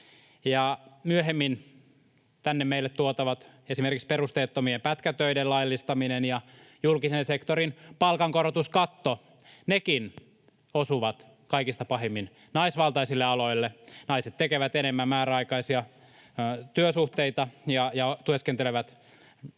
esimerkiksi tänne meille tuotavat perusteettomien pätkätöiden laillistaminen ja julkisen sektorin palkankorotuskatto, nekin, osuvat kaikista pahimmin naisvaltaisille aloille. Naiset tekevät enemmän määräaikaisia työsuhteita ja työskentelevät